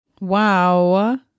Wow